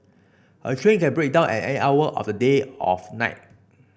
a train can break down at any hour of the day of night